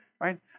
Right